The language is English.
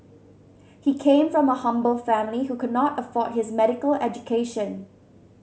he came from a humble family who could not afford his medical education